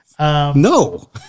No